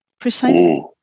precisely